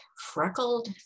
freckled